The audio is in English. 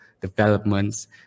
developments